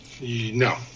no